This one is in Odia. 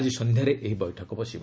ଆଜି ସନ୍ଧ୍ୟାରେ ଏହି ବୈଠକ ବସିବ